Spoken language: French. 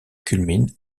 culmine